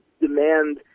demand